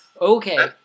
Okay